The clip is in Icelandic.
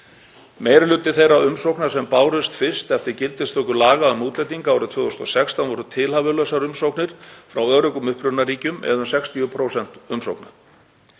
Meiri hluti þeirra umsókna sem bárust fyrst eftir gildistöku laga um útlendinga árið 2016 voru tilhæfulausar umsóknir frá öruggum upprunaríkjum, eða um 60% umsókna.